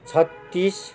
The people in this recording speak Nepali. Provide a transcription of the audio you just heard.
छत्तिस